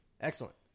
Excellent